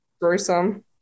gruesome